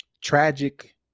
tragic